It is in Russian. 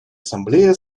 ассамблея